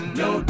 no